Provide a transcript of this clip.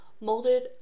molded